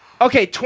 Okay